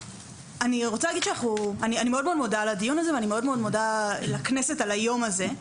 אני מאוד מודה על הדיון הזה ואני מאוד מודה לכנסת על היום הזה.